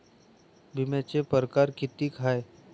बिम्याचे परकार कितीक हाय?